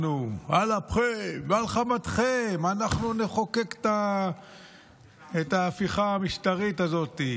על אפכם ועל חמתכם אנחנו נחוקק את ההפיכה המשטרית הזאת.